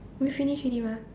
we finish already mah